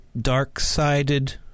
dark-sided